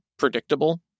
predictable